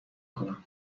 کنن